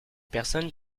personnes